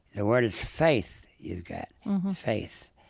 the word is faith. you've got faith.